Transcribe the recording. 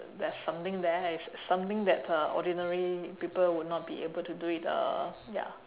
there's something there it's something that uh ordinary people would not be able to do it uh ya